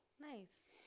nice